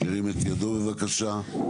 ירים את ידו, בבקשה.